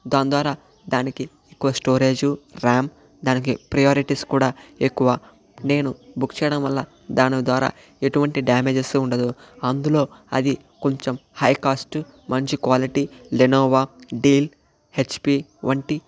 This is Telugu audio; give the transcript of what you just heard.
దాని ద్వారా దానికి ఎక్కువ స్టోరేజ్ ర్యామ్ దానికి ప్రయారిటీస్ కూడా ఎక్కువ నేను బుక్ చేయడం వల్ల దాని ద్వారా ఎటువంటి డామేజెస్ ఉండదు అందులో అది కొంచెం హై కాస్ట్ మంచి క్వాలిటీ లెనోవా డెల్ హెచ్పి వంటి